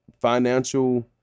financial